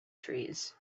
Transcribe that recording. trees